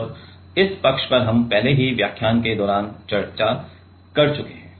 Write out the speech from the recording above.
और इस पक्ष पर हम पहले ही व्याख्यान वीडियो के दौरान चर्चा कर चुके हैं